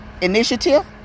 initiative